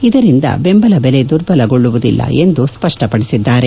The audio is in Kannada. ಇದರಿಂದ ಬೆಂಬಲ ಬೆಲೆ ದುರ್ಬಲಗೊಳ್ಳುವುದಿಲ್ಲ ಎಂದು ಸ್ವಷ್ಟಪಡಿಸಿದ್ದಾರೆ